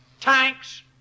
tanks